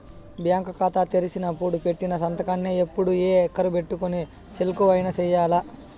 bank కాతా తెరిసినపుడు పెట్టిన సంతకాన్నే ఎప్పుడూ ఈ ఎరుకబెట్టుకొని సెక్కులవైన సెయ్యాల